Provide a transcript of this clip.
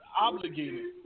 obligated